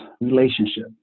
relationship